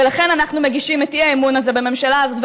ולכן אנחנו מגישים את האי-אמון הזה בממשלה הזאת.